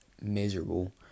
Miserable